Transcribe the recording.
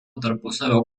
tarpusavio